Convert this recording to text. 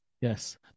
yes